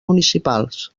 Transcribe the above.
municipals